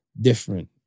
Different